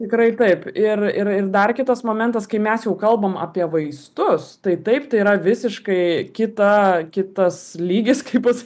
tikrai taip ir ir dar kitas momentas kai mes kalbam apie vaistus tai taip tai yra visiškai kita kitas lygis kai bus